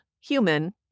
human